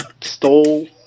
stole